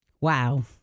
Wow